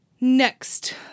next